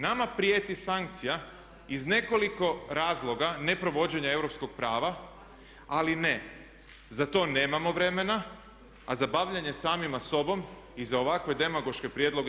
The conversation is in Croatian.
Nama prijeti sankcija iz nekoliko razloga ne provođenja europskog prava ali ne, za to nemamo vremena a za bavljenje samima sobom i za ovakve demagoške prijedloge.